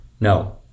No